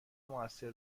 موثر